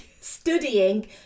studying